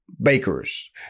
bakers